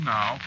Now